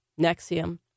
Nexium